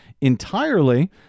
entirely